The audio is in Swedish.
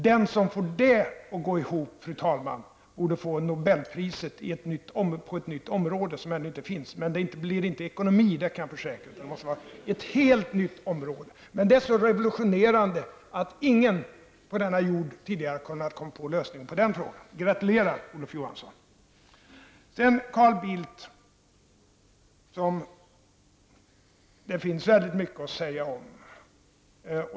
Den som får det att gå ihop, fru talman, borde få Nobelpriset på ett område som ännu inte finns; det blir inte ekonomi -- det kan jag försäkra -- utan det måste bli fråga om ett helt nytt område. Det förslaget är så revolutionerande att ingen på denna jord tidigare har kommit på det. Jag gratulerar Olof Johansson. Sedan till Carl Bildt, som det finns mycket att säga om.